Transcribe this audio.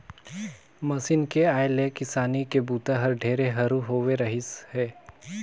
machine के आए ले किसानी के बूता हर ढेरे हरू होवे रहीस हे